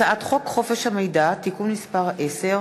הצעת חוק חופש המידע (תיקון מס' 10)